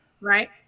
right